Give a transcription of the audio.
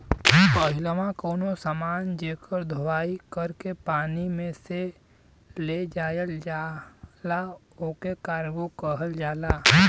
पहिलवा कउनो समान जेकर धोवाई कर के पानी में से ले जायल जाला ओके कार्गो कहल जाला